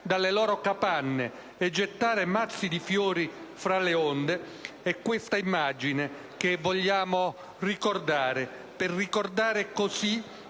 dalle loro capanne e gettare mazzi di fiori fra le onde. È questa l'immagine che vogliamo conservare, per ricordare così,